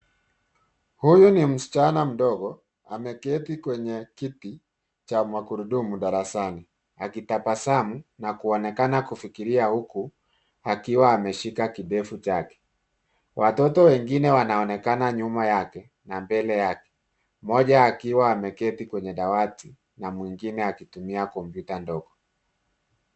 Huyu ni msichana mdogo ameketi kwenye kiti cha magurudumu darasani, akitabasamu na kuonekana kufikiria huku akiwa ameshika kidevu chake. Watoto wengine wanaonekana nyuma yake na mbele yake. Mmoja akiwa ameketi kwenye dawati na mwingine akitumia kompyuta ndogo.